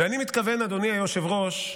אני מתכוון, אדוני היושב-ראש,